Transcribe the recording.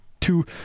two